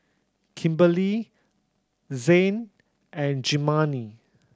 Kimberli Zain and Germaine